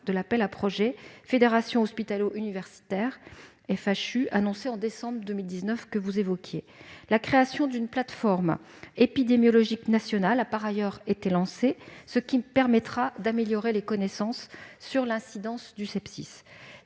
de l'appel à projets Fédérations hospitalo-universitaires, ou FHU, qui a été annoncé en décembre 2019 et que vous évoquiez. Une plateforme épidémiologique nationale a par ailleurs été mise en place, ce qui permettra d'améliorer les connaissances sur les incidences du sepsis,